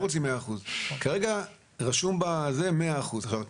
שהם לא רוצים 100 אחוזים אבל כרגע רשום 100 אחוזים.